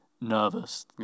nervous